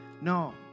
No